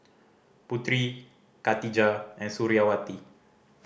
Putri Khatijah and Suriawati